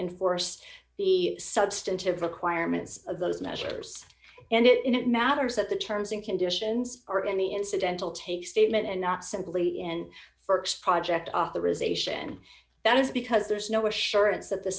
enforce the substantive requirements of those measures and it matters that the terms and conditions are any incidental take statement and not simply in st project authorization that is because there is no assurance that the